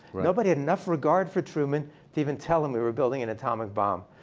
nobody had enough regard for truman to even tell him we were building an atomic bomb.